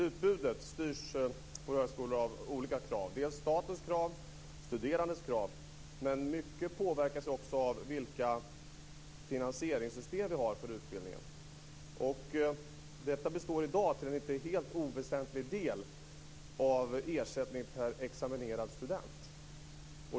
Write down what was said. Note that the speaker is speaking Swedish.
Utbudet styrs av flera olika krav, dels statens krav, dels studerandes krav, men mycket påverkas också av vilka finansieringssystem vi har för utbildningen. Detta består i dag till en inte helt oväsentlig del av ersättning per examinerad student.